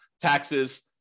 taxes